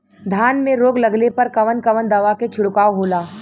धान में रोग लगले पर कवन कवन दवा के छिड़काव होला?